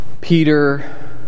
Peter